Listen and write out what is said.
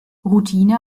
routine